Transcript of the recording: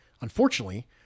Unfortunately